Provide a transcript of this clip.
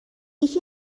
یکی